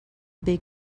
big